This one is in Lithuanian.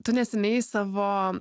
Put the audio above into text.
tu neseniai savo